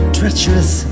treacherous